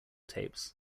tapes